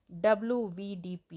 WVDP